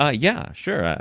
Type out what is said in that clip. ah yeah, sure.